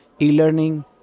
e-learning